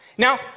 Now